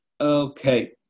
Okay